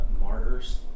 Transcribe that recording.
Martyrs